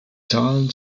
zahlen